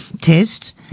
test